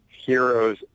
heroes